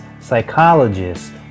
psychologists